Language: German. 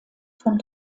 von